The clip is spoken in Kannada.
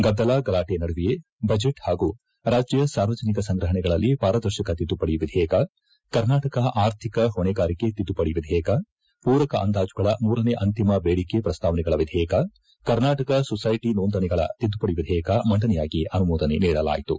ಗದ್ದಲ ಗಲಾಟೆ ನಡುವೆಯೇ ಬಜೆಟ್ ಹಾಗೂ ರಾಜ್ಯ ಸಾರ್ವಜನಿಕ ಸಂಗ್ರಹಣೆಗಳಲ್ಲಿ ಪಾರದರ್ಶಕ ತಿದ್ದುಪಡಿ ವಿಧೇಯಕ ಕರ್ನಾಟಕ ಆರ್ಥಿಕ ಹೊಣೆಗಾರಿಕೆ ತಿದ್ದುಪಡಿ ವಿಧೇಯಕ ಪೂರಕ ಅಂದಾಜುಗಳ ಮೂರನೆ ಅಂತಿಮ ಬೇಡಿಕೆ ಪ್ರಸ್ತಾವನೆಗಳ ವಿಧೇಯಕ ಕರ್ನಾಟಕ ಸೊಸೈಟಿ ನೋಂದಣಿಗಳ ತಿದ್ದುಪಡಿ ವಿಧೇಯಕ ಮಂಡನೆಯಾಗಿ ಅನುಮೋದನೆ ನೀಡಲಾಯಿತು